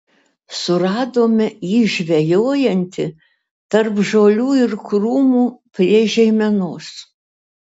suradome jį žvejojantį tarp žolių ir krūmų prie žeimenos